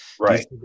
Right